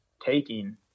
taking